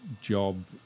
job